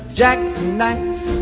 jackknife